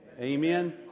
Amen